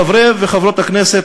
חברי וחברות הכנסת,